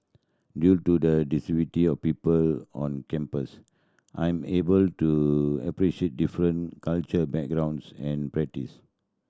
due to the of people on campus I am able to appreciate different cultural backgrounds and practice